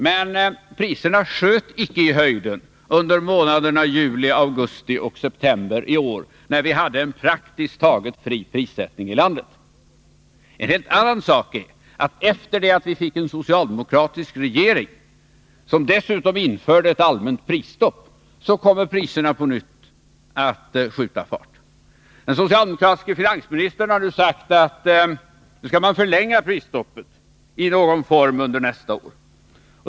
Men priserna sköt icke i höjden under månaderna juli, augusti och september i år. Vi hade då en praktiskt taget fri prissättning i landet. En helt annan sak är att priserna efter det att vi fick en socialdemokratisk regering, som dessutom införde ett allmänt prisstopp, på nytt kommer att skjuta fart. Den socialdemokratiske finansministern har ju sagt att man skall förlänga prisstoppet i någon form under nästa år.